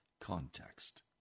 context